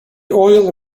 oil